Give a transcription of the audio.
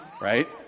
right